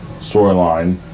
storyline